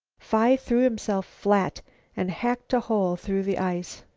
phi threw himself flat and hacked a hole through the ice.